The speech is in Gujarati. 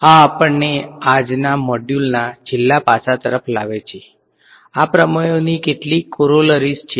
આ આપણને આજનાં મોડ્યુલના છેલ્લા પાસા તરફ લાવે છે આ પ્રમેયોની કેટલીક કોરોલરિઝ છે